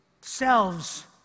selves